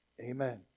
Amen